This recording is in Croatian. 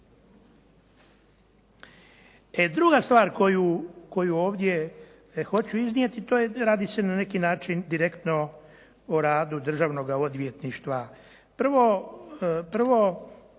Druga stvar koju ovdje hoću iznijeti, to je radi se na neki način direktno o radu državnoga odvjetništva. Prvo, ovaj